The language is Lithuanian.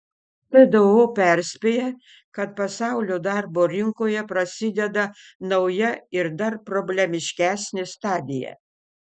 tdo perspėja kad pasaulio darbo rinkoje prasideda nauja ir dar problemiškesnė stadija